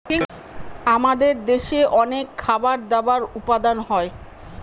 আমাদের দেশে অনেক খাবার দাবার উপাদান হয়